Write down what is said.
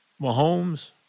Mahomes